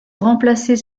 remplacer